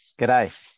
G'day